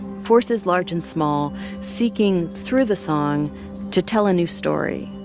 forces large and small, seeking through the song to tell a new story.